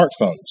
smartphones